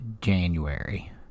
January